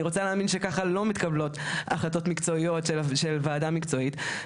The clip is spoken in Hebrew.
אני רוצה להאמין שככה לא מתקבלות החלטות מקצועיות של ועדה מקצועית.